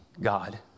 God